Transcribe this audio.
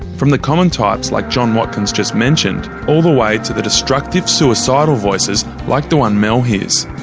from the common types, like john watkins just mentioned, all the way to the destructive, suicidal voices like the one mel hears.